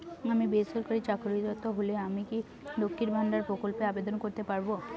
আমি বেসরকারি চাকরিরত হলে আমি কি লক্ষীর ভান্ডার প্রকল্পে আবেদন করতে পারব?